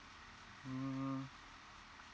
mm